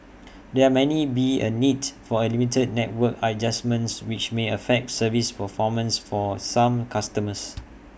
there many be A needs for limited network adjustments which may affect service performance for some customers